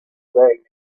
greg